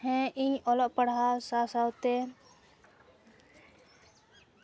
ᱦᱮᱸ ᱤᱧ ᱚᱞᱚᱜ ᱯᱟᱲᱦᱟᱣ ᱥᱟᱶ ᱥᱟᱶᱛᱮ